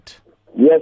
yes